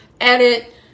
edit